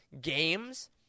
games